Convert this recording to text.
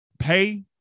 pay